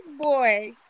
boy